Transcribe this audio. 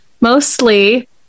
mostly